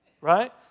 Right